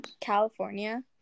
California